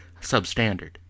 substandard